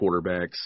quarterbacks